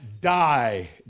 die